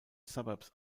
suburbs